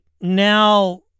now